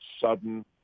sudden